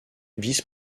vice